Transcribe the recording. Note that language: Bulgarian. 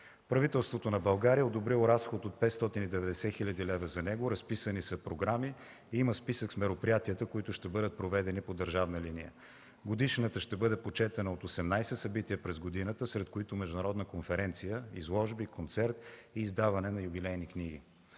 Правителството на България е одобрило разход от 590 хил. лв. за него. Разписани са програми, има списък с мероприятията, които ще бъдат проведени по държавна линия. Годишнината ще бъде почетена от 18 събития през годината, сред които международна конференция, изложби, концерт и издаване на юбилейни книги.